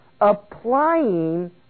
applying